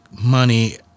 money